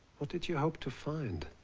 what did you hope to find?